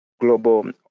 global